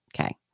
Okay